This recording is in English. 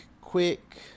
quick